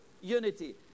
unity